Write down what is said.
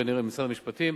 כנראה, עם משרד המשפטים.